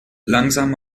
langsam